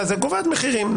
קובעת מחירים.